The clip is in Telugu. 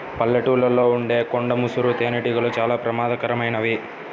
పల్లెటూళ్ళలో ఉండే కొండ ముసురు తేనెటీగలు చాలా ప్రమాదకరమైనవి